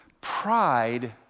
Pride